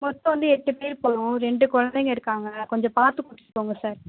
மொத்தம் வந்து எட்டு பேர் போகிறோம் ரெண்டு குழந்தைங்க இருக்காங்க கொஞ்சம் பார்த்து கூட்டிட்டு போங்க சார்